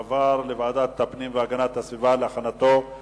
לוועדת הפנים והגנת הסביבה נתקבלה.